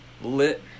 Lit